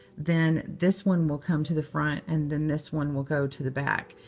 then this one will come to the front, and then this one will go to the back.